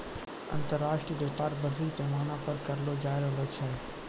अन्तर्राष्ट्रिय व्यापार बरड़ी पैमाना पर करलो जाय रहलो छै